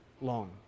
long